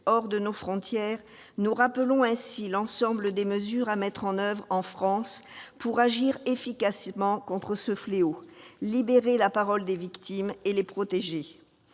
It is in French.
hors de nos frontières, nous rappelons ainsi l'ensemble des mesures à mettre en oeuvre en France pour agir efficacement contre ce fléau, libérer la parole des victimes et les protéger.